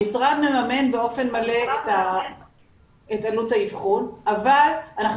המשרד מממן באופן מלא את עלות האבחון אבל אנחנו